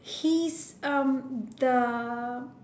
he's um the